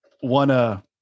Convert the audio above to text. One